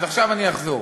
אז עכשיו אני אחזור,